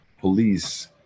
police